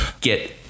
get